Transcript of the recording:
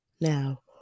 Now